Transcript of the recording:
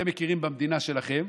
במדינה שלכם,